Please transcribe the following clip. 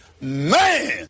man